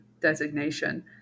designation